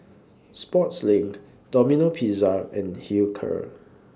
Sportslink Domino Pizza and Hilker